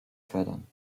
fördern